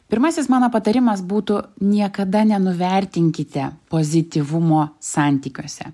pirmasis mano patarimas būtų niekada nenuvertinkite pozityvumo santykiuose